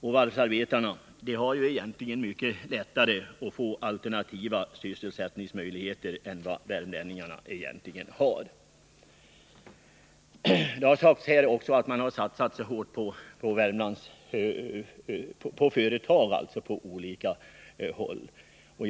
Varvsarbetarna har ju egentligen mycket lättare att få alternativa sysselsättningsmöjligheter än de arbetslösa värmlänningarna har. Det har också sagts att man satsat hårt på företag på olika håll i Värmland.